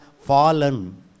fallen